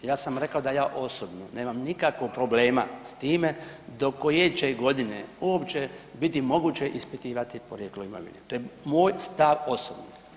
Ja sam rekao da ja osobno nemam nikakvog problema s time do koje će godine uopće biti moguće ispitivati porijeklo imovine, to je moj stav osobni.